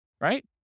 right